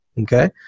Okay